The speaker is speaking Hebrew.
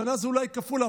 השנה זה אולי כפול.